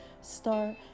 start